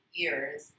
years